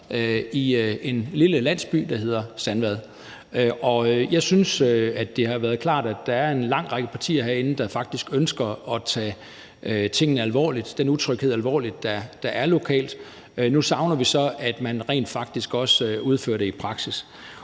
i en lille landsby, der hedder Sandvad. Jeg synes, det har været klart, at der er en lang række partier herinde, der faktisk ønsker at tage tingene og den utryghed alvorligt, der er lokalt. Nu savner vi så, at man rent faktisk også udfører noget i praksis.